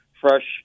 fresh